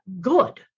good